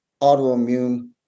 autoimmune